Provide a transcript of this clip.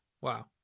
Wow